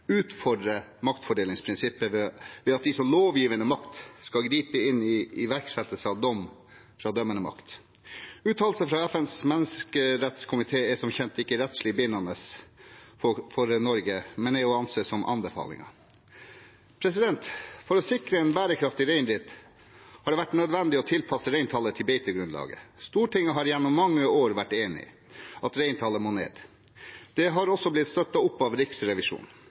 utfordrer maktfordelingsprinsippet ved at de som lovgivende makt skal gripe inn i iverksettelsen av en dom fra den dømmende makt. Uttalelser fra FNs menneskerettighetskomité er som kjent ikke rettslig bindende for Norge, men er å anse som anbefalinger. For å sikre en bærekraftig reindrift har det vært nødvendig å tilpasse reintallet til beitegrunnlaget. Stortinget har gjennom mange år vært enige om at reintallet må ned. Det har også blitt støttet av Riksrevisjonen.